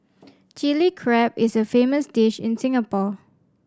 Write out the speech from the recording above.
Chilli Crab is a famous dish in Singapore